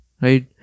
right